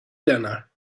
dinner